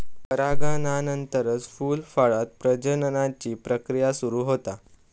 परागनानंतरच फूल, फळांत प्रजननाची प्रक्रिया सुरू होता